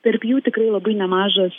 tarp jų tikrai labai nemažas